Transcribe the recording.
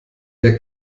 der